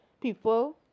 people